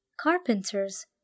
carpenters